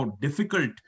difficult